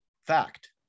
fact